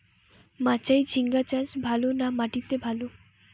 মাচায় ঝিঙ্গা চাষ ভালো না মাটিতে ভালো?